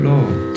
Lord